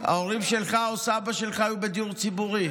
ההורים שלך או סבא שלך היו בדיור ציבורי?